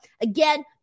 Again